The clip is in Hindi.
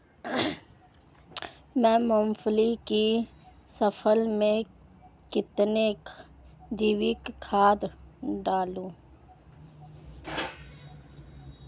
मैं मूंगफली की फसल में कितनी जैविक खाद दूं?